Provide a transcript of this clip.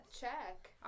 Check